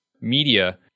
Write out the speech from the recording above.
media